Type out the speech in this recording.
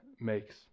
makes